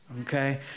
okay